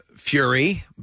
Fury